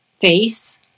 face